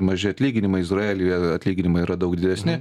maži atlyginimai izraelyje atlyginimai yra daug didesni